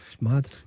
mad